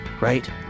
right